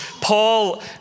Paul